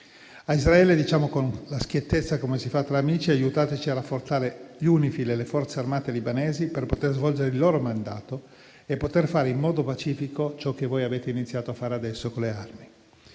A Israele, diciamo con la schiettezza, come si fa tra amici: aiutateci a rafforzare UNIFIL e le forze armate libanesi perché possano svolgere il loro mandato e fare in modo pacifico ciò che avete iniziato a fare adesso con le armi.